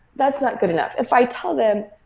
that's not good enough. if i tell them,